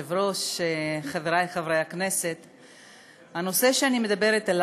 חכה, אני אתן לך את כל